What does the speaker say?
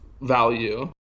value